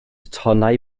tonnau